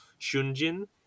shunjin